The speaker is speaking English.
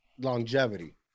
longevity